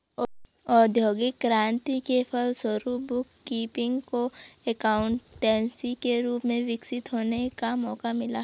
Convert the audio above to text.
औद्योगिक क्रांति के फलस्वरूप बुक कीपिंग को एकाउंटेंसी के रूप में विकसित होने का मौका मिला